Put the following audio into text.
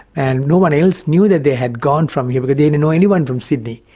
and no one else knew that they had gone from here because they didn't know anyone from sydney.